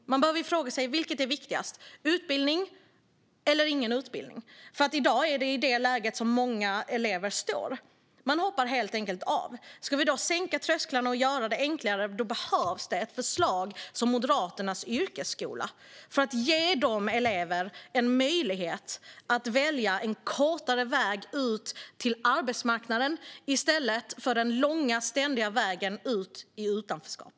Man behöver fråga sig vilket som är viktigast: utbildning eller ingen utbildning. I dag är det nämligen i det läget många elever står. Man hoppar helt enkelt av. Ska vi då sänka trösklarna och göra det enklare behövs förslag som Moderaternas yrkesskola för att ge dessa elever en möjlighet att välja en kortare väg till arbetsmarknaden i stället för den långa vägen ut i utanförskap.